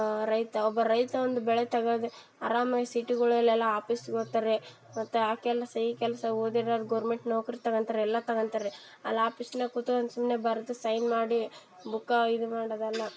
ರೈತ ಒಬ್ಬ ರೈತ ಒಂದು ಬೆಳೆ ತಗೊಳ್ದೆ ಆರಾಮಾಗಿ ಸಿಟಿಗಳಲೆಲ್ಲ ಆಪಿಸಿಗೋತ್ತಾರೆ ಮತ್ತು ಆ ಕೆಲಸ ಈ ಕೆಲಸ ಓದಿರೋರು ಗೌರ್ಮೆಂಟ್ ನೌಕರಿ ತಗೊಂತಾರೆ ಎಲ್ಲ ತಗೊಂತಾರೆ ಅಲ್ಲಿ ಆಪಿಸ್ನಾಗ ಕುತ್ಕಂಡ್ ಸುಮ್ಮನೆ ಬರ್ದು ಸೈನ್ ಮಾಡಿ ಬುಕ್ಕಾ ಇದು ಮಾಡೋದಲ್ಲ